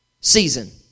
Season